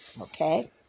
Okay